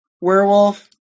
werewolf